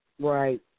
Right